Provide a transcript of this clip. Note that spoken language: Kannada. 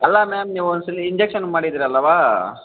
ಅಲ್ಲ ಮ್ಯಾಮ್ ನೀವೊಂದ್ಸಲ ಇಂಜೆಕ್ಷನ್ ಮಾಡಿದ್ದೀರಲ್ಲವಾ